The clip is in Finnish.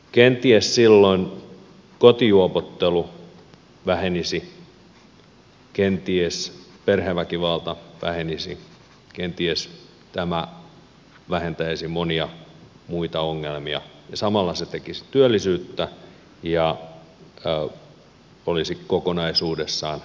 kenties silloin kotijuopottelu vähenisi kenties perheväkivalta vähenisi kenties tämä vähentäisi monia muita ongelmia ja samalla se tukisi työllisyyttä ja olisi kokonaisuudessaan tutkimisen arvoinen